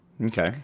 Okay